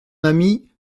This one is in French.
ami